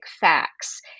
facts